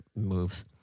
moves